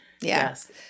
yes